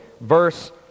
verse